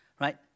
Right